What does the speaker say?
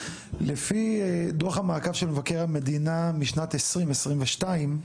לפי דוח המעקב של מבקר המדינה משנת 2022,